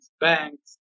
banks